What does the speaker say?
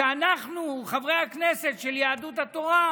כשאנחנו, חברי הכנסת של יהדות התורה,